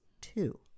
two